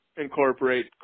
incorporate